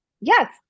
Yes